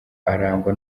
arangwa